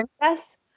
princess